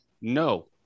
no